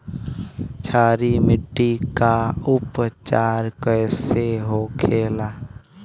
क्षारीय मिट्टी का उपचार कैसे होखे ला?